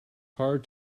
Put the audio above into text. hard